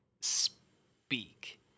speak